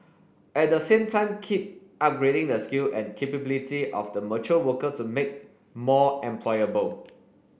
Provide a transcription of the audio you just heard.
at the same time keep upgrading the skill and capability of the mature worker to make more employable